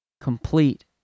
complete